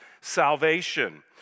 salvation